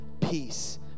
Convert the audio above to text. peace